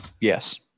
Yes